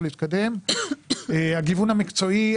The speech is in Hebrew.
הגיוון המקצועי,